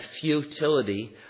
futility